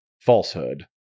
falsehood